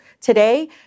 today